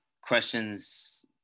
questions